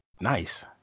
nice